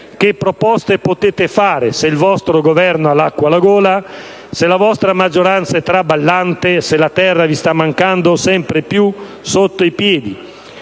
Che proposte potete fare, se il vostro Governo ha l'acqua alla gola, se la vostra maggioranza è traballante, se la terra vi sta mancando sempre più sotto i piedi?